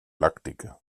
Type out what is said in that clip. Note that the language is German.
lackdicke